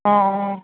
অ অ